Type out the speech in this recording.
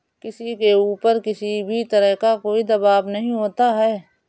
किसी के ऊपर किसी भी तरह का कोई दवाब नहीं होता है